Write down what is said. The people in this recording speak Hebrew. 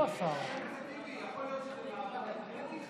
אדוני, יכול להיות שמדובר במאבק על קרדיט?